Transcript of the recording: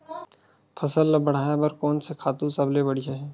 फसल ला बढ़ाए बर कोन से खातु सबले बढ़िया हे?